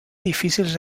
difícils